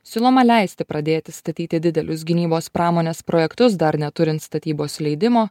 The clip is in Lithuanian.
siūloma leisti pradėti statyti didelius gynybos pramonės projektus dar neturint statybos leidimo